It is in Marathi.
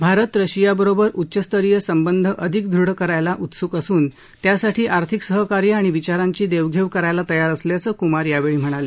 भारत रशियाबरोबर उच्चस्तरीय संबंध अधिक दृढ करायला उत्सुक असून त्यासाठी आर्थिक सहकार्य आणि विचारांची देवघेव करायला तयार असल्याचं कुमार यावेळी म्हणाले